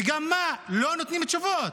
וגם לא נותנים תשובות,